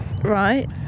right